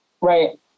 Right